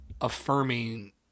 affirming